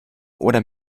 oder